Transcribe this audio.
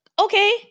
Okay